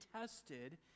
tested